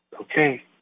okay